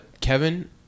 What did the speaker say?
Kevin